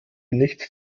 nichts